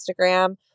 Instagram